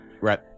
Right